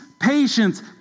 patience